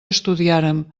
estudiàrem